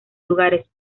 lugares